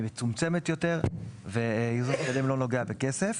מצומצמת יותר; ייזום מתקדם לא נוגע בכסף.